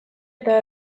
eta